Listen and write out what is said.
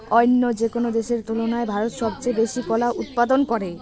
অইন্য যেকোনো দেশের তুলনায় ভারত সবচেয়ে বেশি কলা উৎপাদন করে